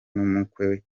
n’umukwe